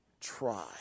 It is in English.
try